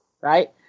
right